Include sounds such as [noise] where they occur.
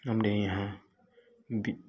हमारे यहाँ [unintelligible]